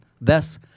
Thus